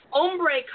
ombre